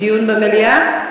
דיון במליאה?